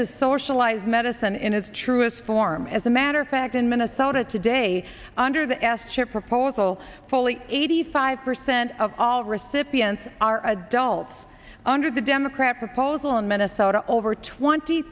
is socialized medicine in its truest form as a matter of fact in minnesota today under the s chip proposal fully eighty five percent of all recipients are adults under the democrat proposal and minnesota over twenty